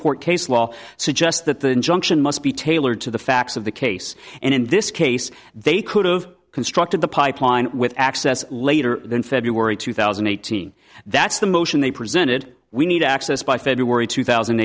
court case law suggests that the injunction must be tailored to the facts of the case and in this case they could've constructed the pipeline with access later than february two thousand and eighteen that's the motion they presented we need access by february two thousand